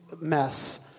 mess